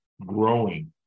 growing